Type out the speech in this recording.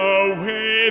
away